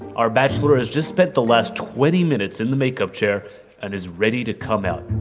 our bachelor has just spent the last twenty minutes in the makeup chair and is ready to come out.